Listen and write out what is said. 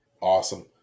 Awesome